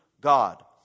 God